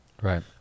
right